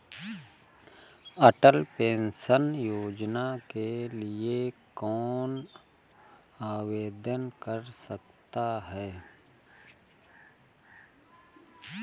अटल pension योजना के लिए कौन आवेदन कर सकता है?